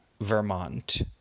vermont